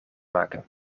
maken